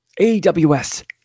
AWS